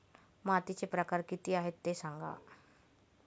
मातीचे प्रकार किती आहे ते सांगा